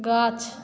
গাছ